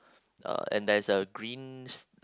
uh and there's a green s~